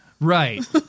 Right